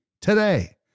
today